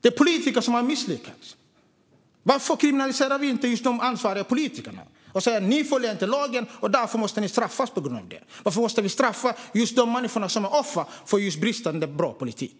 Det är politiker som har misslyckats. Varför kriminaliserar vi inte ansvariga politiker och säger att de inte följer lagen och därför måste straffas? Varför ska vi straffa just de människor som är offer för bristen på bra politik?